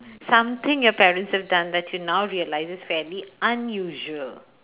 something your parents have done that you now realise is fairly unusual